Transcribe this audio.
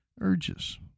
urges